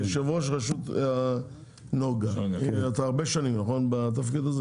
אתה הרבה שנים בתפקיד?